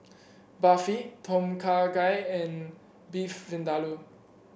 Barfi Tom Kha Gai and Beef Vindaloo